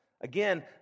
Again